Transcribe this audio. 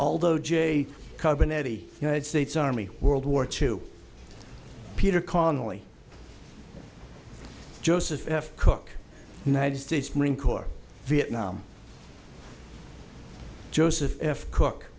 although j carbon eddie united states army world war two peter carnley joseph cook united states marine corps vietnam joseph f cook